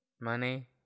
Money